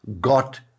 got